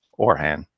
Orhan